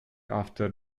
after